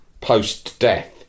post-death